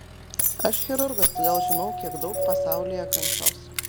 aš chirurgas todėl žinau kiek daug pasaulyje kančios